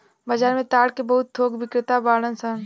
बाजार में ताड़ के बहुत थोक बिक्रेता बाड़न सन